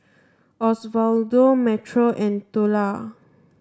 Osvaldo Metro and Tula